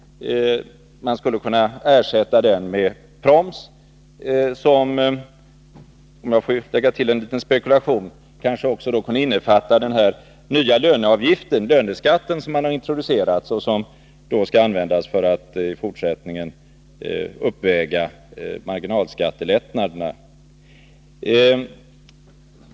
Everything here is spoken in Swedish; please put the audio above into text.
Man skulle kunna ersätta den med proms, som — om jag får göra en liten spekulation — kanske kunde innefatta den nya löneskatt som man har introducerat och som skall användas för att i fortsättningen uppväga marginalskattelättnaderna.